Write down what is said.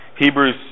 Hebrews